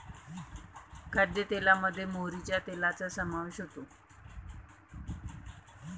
खाद्यतेलामध्ये मोहरीच्या तेलाचा समावेश होतो